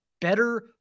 better